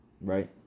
right